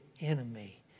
enemy